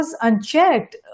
unchecked